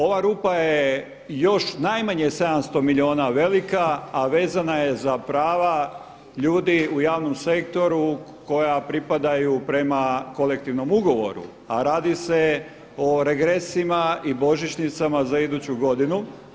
Ova rupa je još najmanje 700 milijuna velika a vezana je za prava ljudi u javnom sektoru koja pripadaju prema kolektivnom ugovoru a radi se o regresima i božićnicama za iduću godinu.